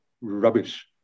rubbish